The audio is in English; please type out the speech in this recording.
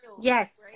Yes